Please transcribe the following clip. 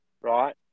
Right